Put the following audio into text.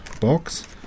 box